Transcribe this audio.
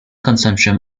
consumption